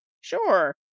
Sure